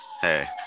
hey